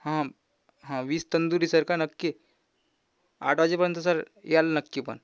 हां हां वीस तंदुरी सर का नक्की आठ वाजेपर्यंत सर याल नक्की पण